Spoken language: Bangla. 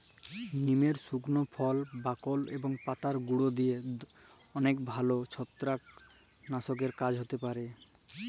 লিমের সুকলা ফল, বাকল এবং পাতার গুঁড়া দিঁয়ে দমে ভাল ছত্রাক লাসকের কাজ হ্যতে পারে